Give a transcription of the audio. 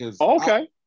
Okay